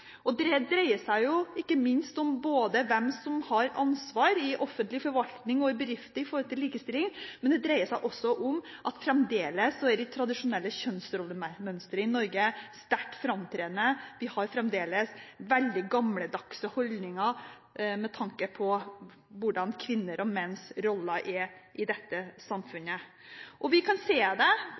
likestillingsarbeidet. Det dreier seg ikke minst om hvem som har ansvar i offentlig forvaltning og i bedrifter når det gjelder likestilling, men også om at det tradisjonelle kjønnsrollemønsteret i Norge fremdeles er sterkt framtredende. Vi har fremdeles veldig gammeldagse holdninger med tanke på hvordan kvinners og menns roller er i dette samfunnet. Vi kan se det,